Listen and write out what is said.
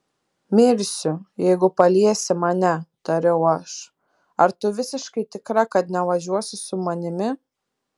mirsiu jeigu paliesi mane tariau aš ar tu visiškai tikra kad nevažiuosi su manimi